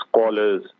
scholars